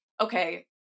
okay